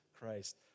Christ